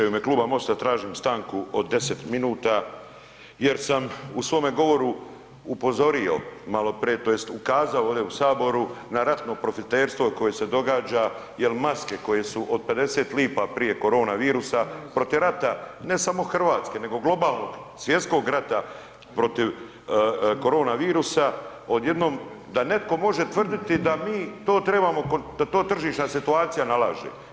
U ime kluba MOST-a tražim stanku od 10 minuta jer sam u svome govoru upozorio maloprije tj. ukazao ovdje u Saboru na ratno profiterstvo koje se događa jel maske koje su od 50 lipa prije korona virusa, protiv rata ne samo Hrvatske nego globalnog svjetskog rata protiv korona virusa odjednom da netko može tvrditi da mi to trebamo, da to tržišna situacija nalaže.